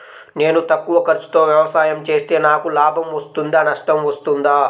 నేను తక్కువ ఖర్చుతో వ్యవసాయం చేస్తే నాకు లాభం వస్తుందా నష్టం వస్తుందా?